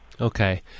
Okay